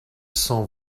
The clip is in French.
cent